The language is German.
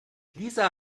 lisa